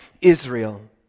Israel